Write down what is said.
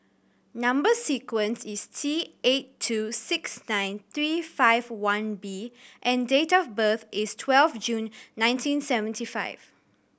number sequence is T eight two six nine three five one B and date of birth is twelve June nineteen seventy five